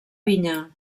vinya